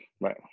Right